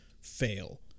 fail